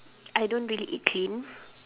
I don't really eat clean